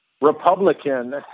Republican